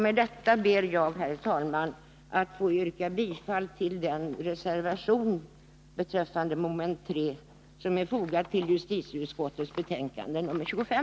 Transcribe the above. Med detta ber jag, herr talman, att få yrka bifall till den reservation som är fogad vid mom. 3 i utskottets betänkande nr 25.